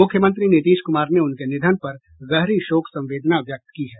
मुख्यमंत्री नीतीश कुमार ने उनके निधन पर गहरी शोक संवेदना व्यक्त की है